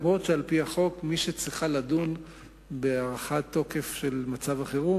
אף שעל-פי החוק מי שצריכה לדון בהארכת תוקף של מצב החירום